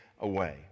away